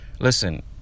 Listen